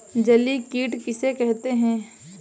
जलीय कीट किसे कहते हैं?